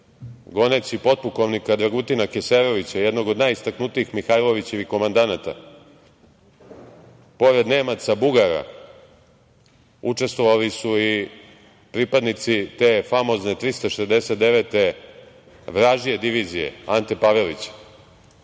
goneći potpukovnika Dragutina Keserovića, jednog od najistaknutijih Mihailovićevih komandanata, pored Nemaca, Bugara, učestvovali su i pripadnici te famozne 369. vražije divizije Ante Pavelića.